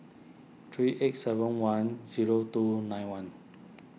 three eight seven one zero two nine one